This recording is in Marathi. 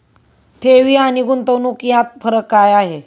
ठेवी आणि गुंतवणूक यात फरक काय आहे?